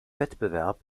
wettbewerb